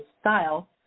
style